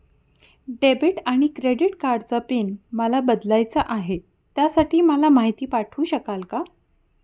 Debit आणि credit कार्डचा pin मला बदलायचा आहे, त्यासाठी मला माहिती पाठवू शकाल का?